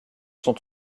sont